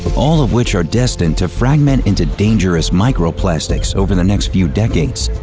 but all of which are destined to fragment into dangerous microplastics over the next few decades,